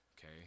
Okay